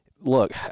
look